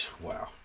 wow